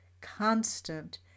constant